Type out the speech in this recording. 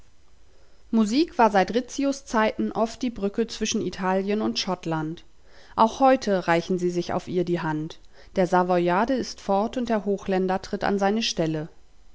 musik war seit rizzios zeiten oft die brücke zwischen italien und schottland auch heute reichen sie sich auf ihr die hand der savoyarde ist fort und der hochländer tritt an seine stelle